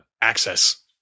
access